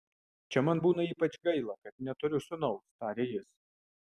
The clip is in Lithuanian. čia man būna ypač gaila kad neturiu sūnaus tarė jis